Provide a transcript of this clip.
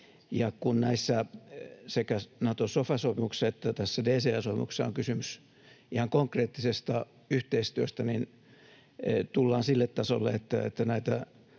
kun näissä, sekä Nato-sofa-sopimuksessa että tässä DCA-sopimuksessa, on kysymys ihan konkreettisesta yhteistyöstä, niin tullaan sille tasolle, että näitä